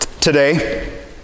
today